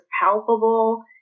palpable